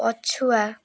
ପଛୁଆ